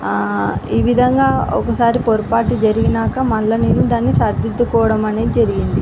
ఈ విధంగా ఒకసారి పొరపాటు జరిగాక మళ్ళీ నేను దాన్ని సరిదిద్దుకోవడం అనేది జరిగింది